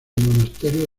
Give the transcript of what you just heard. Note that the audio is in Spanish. monasterio